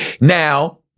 now